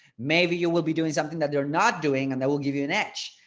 maybe you will be doing something that they're not doing and that will give you an edge,